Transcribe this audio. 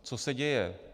Co se děje?